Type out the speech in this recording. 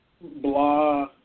blah